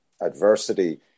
adversity